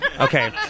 Okay